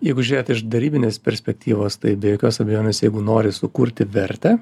jeigu žiūrėjot iš darybinės perspektyvos tai be jokios abejonės jeigu nori sukurti vertę